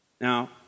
Now